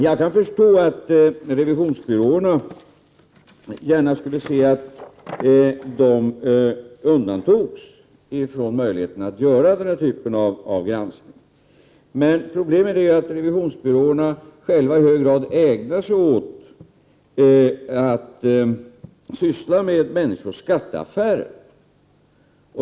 Jag kan förstå att revisionsbyråerna gärna skulle se att de undantogs från möjligheten att göra denna typ av granskning. Men problemet är att revisionsbyråerna själva i hög grad ägnar sig åt att syssla med människors skatteaffärer.